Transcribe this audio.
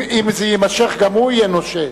אם זה יימשך, גם הוא יהיה נושה.